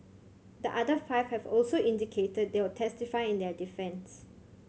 the other five have also indicated they will testify in their defence